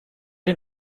den